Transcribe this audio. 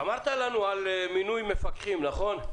איתנו על מינוי מפקחים, נכון?